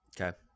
Okay